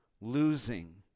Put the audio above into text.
losing